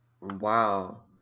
wow